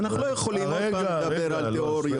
אנחנו לא יכולים לדבר עוד פעם על תיאוריות.